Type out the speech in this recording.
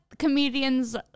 comedians